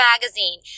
magazine